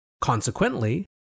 consequently